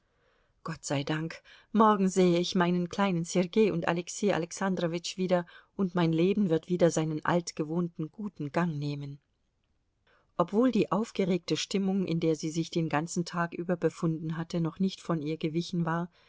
gott sei dank morgen sehe ich meinen kleinen sergei und alexei alexandrowitsch wieder und mein leben wird wieder seinen altgewohnten guten gang nehmen obwohl die aufgeregte stimmung in der sie sich den ganzen tag über befunden hatte noch nicht von ihr gewichen war